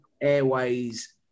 Airways